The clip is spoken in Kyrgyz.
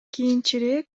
кийинчерээк